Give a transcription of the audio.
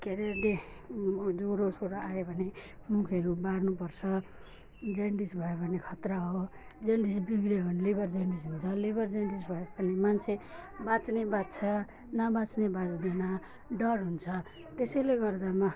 के हरे डे ज्वरो सोरो आयो भने मुखहरू बार्नु पर्छ जन्डिस भयो भने खतरा हो जन्डिस बिग्रियो भने लिभर जन्डिस हुन्छ लिभर जन्डिस भयो भने मान्छे बाँच्ने बाँच्छ नबाँच्ने बाँच्दैन डर हुन्छ त्यसैले गर्दामा